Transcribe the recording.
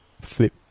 flip